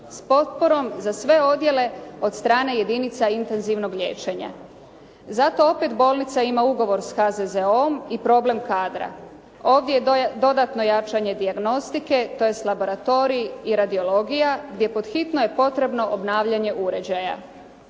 s potporom za sve odjele od strane jedinica intenzivnog liječenja. Zato opet bolnica ima ugovor s HZZO-om i problem kadra. Ovdje je dodatno jačanje dijagnostike tj. laboratorij i radiologija gdje pod hitno je potrebno obnavljanje uređaja.